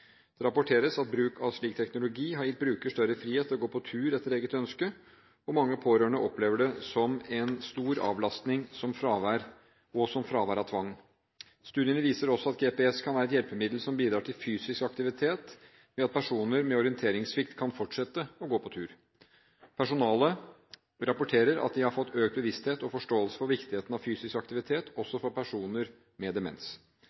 Det rapporteres om at bruk av slik teknologi har gitt bruker større frihet til å gå på tur etter eget ønske, og mange pårørende opplever det som en stor avlastning og som fravær av tvang. Studiene viser også at GPS kan være et hjelpemiddel som bidrar til fysisk aktivitet ved at personer med orienteringssvikt kan fortsette å gå på tur. Personalet rapporterer at de har fått økt bevissthet om og forståelse for viktigheten av fysisk aktivitet også for personer med demens.